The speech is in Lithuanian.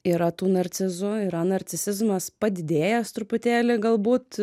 yra tų narcizų yra narcisizmas padidėjęs truputėlį galbūt